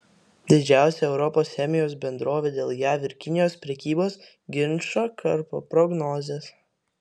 didžiausia europos chemijos bendrovė dėl jav ir kinijos prekybos ginčo karpo prognozes